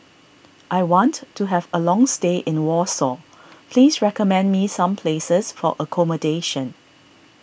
I want to have a long stay in Warsaw please recommend me some places for accommodation